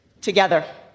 together